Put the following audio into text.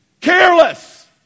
Careless